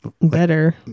Better